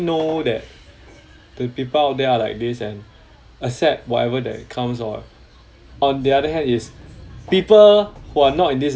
know that the people out there are like this and accept whatever that comes or on the other hand it's people who are not in this